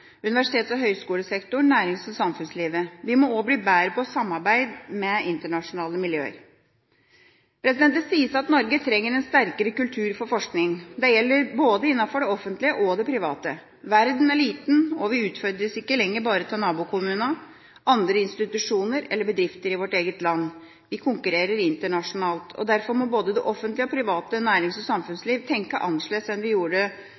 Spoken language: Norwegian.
universitets- og høyskolesektoren, nærings- og samfunnslivet. Vi må også bli bedre på samarbeid med internasjonale miljøer. Det sies at Norge trenger en sterkere kultur for forskning. Dette gjelder innenfor både det offentlige og det private. Verden er liten, og vi utfordres ikke lenger bare av nabokommunen, andre institusjoner eller bedrifter i vårt eget land. Vi konkurrerer internasjonalt. Derfor må både det offentlige og det private nærings- og samfunnsliv tenke annerledes enn